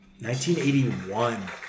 1981